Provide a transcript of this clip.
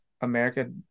America